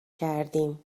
کردیم